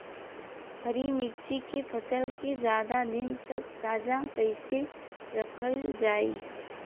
हरि मिर्च के फसल के ज्यादा दिन तक ताजा कइसे रखल जाई?